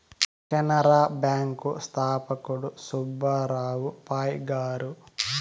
Canara bank స్థాపకుడు సుబ్బారావు పాయ్ గారు